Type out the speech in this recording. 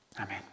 Amen